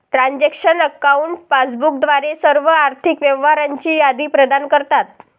transaction accounts passbook द्वारे सर्व आर्थिक व्यवहारांची यादी प्रदान करतात